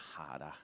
harder